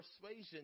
persuasion